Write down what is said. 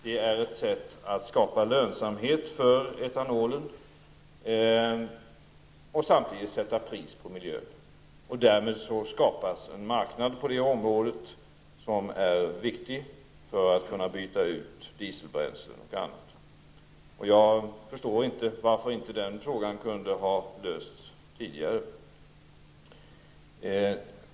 Det är ett sätt att skapa lönsamhet för etanol, samtidigt som man sätter ett pris på miljön. Det skapas då en marknad som är viktig när det gäller att byta ut dieselbränslen och annat. Jag förstår inte varför inte den frågan kunde ha lösts tidigare.